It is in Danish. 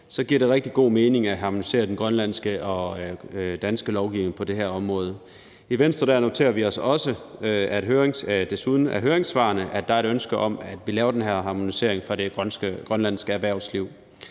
giver det rigtig god mening at harmonisere den grønlandske og den danske lovgivning på det her område. I Venstre noterer vi os desuden også, at der i høringssvarene er et ønske fra det grønlandske erhvervsliv